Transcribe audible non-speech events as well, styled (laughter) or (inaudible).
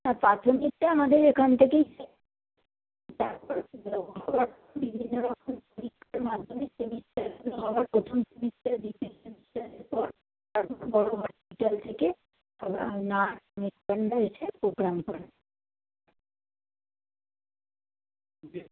না প্রাথমিকটা আমাদের এখান থেকেই (unintelligible) তারপরে বড় হসপিটাল থেকে (unintelligible) পরীক্ষার মাধ্যমে সেমিস্টারগুলো হওয়ার প্রথম সেমিস্টার দ্বিতীয় সেমিস্টারের পর তারপর বড় হসপিটাল থেকে (unintelligible) নার্স মেট্রোনরা এসে পোগ্রাম করায়